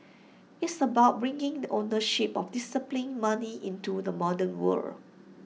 it's about bringing the ownership of disciplined money into the modern world